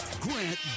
grant